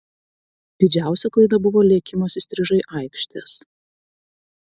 didžiausia klaida buvo lėkimas įstrižai aikštės